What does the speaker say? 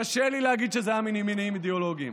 קשה לי להגיד שזה היה ממניעים אידיאולוגיים.